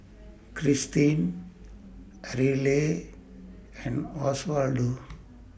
Kristine Ariella and Oswaldo